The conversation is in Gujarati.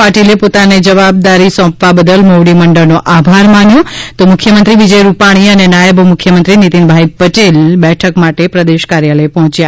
પાટિલે પોતાને જવાબદારી સોંપવા બદલ મોવડી મંડળનો આભાર માન્યો તો મુખ્યમંત્રી વિજય રૂપાણી અને નાયબ મુખ્યમંત્રી નિતિનભાઈ પટેલ બેઠક માટે પ્રદેશ કાર્યાલય પહોંચ્યા